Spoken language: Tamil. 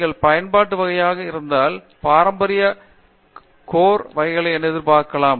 நீங்கள் பயன்பாட்டு வகையான நபராக இருந்தால் பாரம்பரியமாக கோர் வேலைகள் என எதிர்பார்க்கலாம்